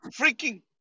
freaking